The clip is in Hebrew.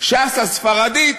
וש"ס הספרדית